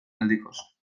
aldikoz